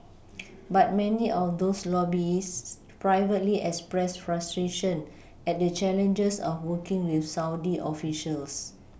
but many of those lobbyists privately express frustration at the challenges of working with Saudi officials